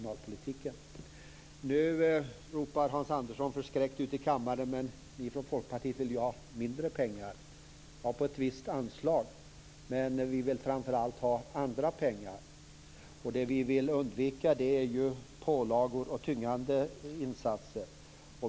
Nu ropar Hans Andersson förskräckt ut i kammaren: Men ni från Folkpartiet vill ju ha mindre pengar! Ja, det gäller på ett visst anslag, men vi vill framför allt ha andra pengar. Det som vi vill undvika är pålagor och tyngande insatser.